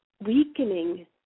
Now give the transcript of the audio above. weakening